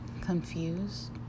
confused